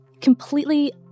completely